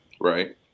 Right